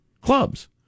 clubs